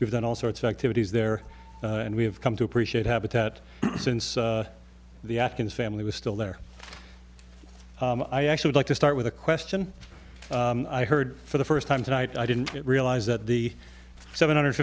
we've done all sorts of activities there and we have come to appreciate habitat since the atkins family was still there i actually would like to start with a question i heard for the first time tonight i didn't realize that the seven hundred